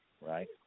right